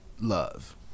love